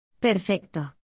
Perfecto